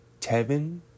Tevin